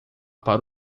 para